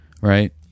Right